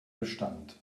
bestand